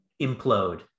implode